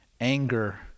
anger